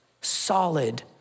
solid